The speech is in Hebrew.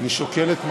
אני שוקל את מעשיי.